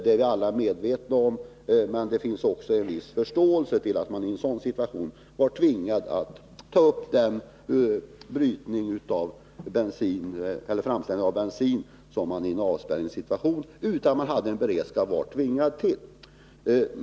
Vi är alla medvetna om de felen, men det finns också en viss förståelse för att man i en avspärrningssituation utan beredskap var tvingad till den framställningen av bensin.